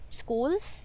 schools